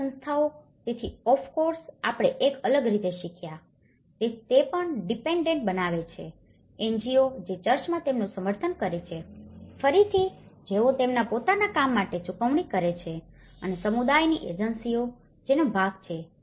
રાજ્ય સંસ્થાઓ તેથી ઓફકોર્સ આપણે એક અલગ રીતે શીખ્યા કે તે પણ ડીપેનડેંટ બનાવે છે NGO જે ચર્ચમાં તેમનું સમર્થન કરે છે ફરીથી જેઓ તેમના પોતાના કામ માટે ચૂકવણી કરે છે અને સમુદાયની એજન્સીઓ જેનો ભાગ છે